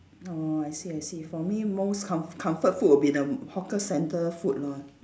oh I see I see for me most comf~ comfort food will be the hawker centre food lor